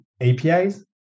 APIs